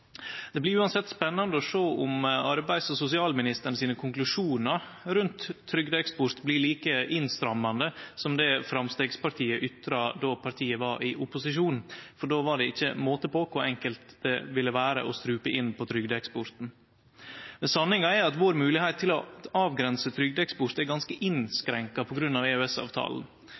Det blir uansett spennande å sjå om arbeids- og sosialministeren sine konklusjonar rundt trygdeeksport blir stramma inn like mykje som det Framstegspartiet ytra då partiet var i opposisjon, for då var det ikkje måte på kor enkelt det ville vere å strupe inn på trygdeeksporten. Men sanninga er at vår moglegheit til å avgrense trygdeeksport er ganske